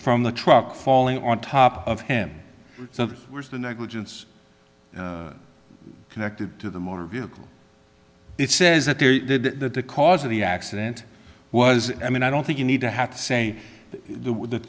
from the truck falling on top of him so that was the negligence connected to the motor vehicle it says that they did the cause of the accident was i mean i don't think you need to have to say the